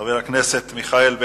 חבר הכנסת מיכאל בן-ארי,